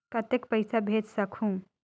कतेक पइसा भेज सकहुं?